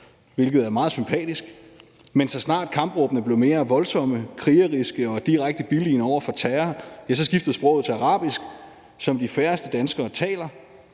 hvilket er meget sympatisk – men så snart kampråbene blev mere voldsomme, krigeriske og direkte billigende over for terror, ja, så skiftede sproget til arabisk, som de færreste danskere taler.